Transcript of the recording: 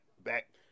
back